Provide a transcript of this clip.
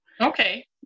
Okay